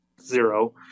zero